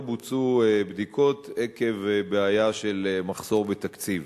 בוצעו בדיקות עקב בעיה של מחסור בתקציב.